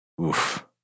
Oof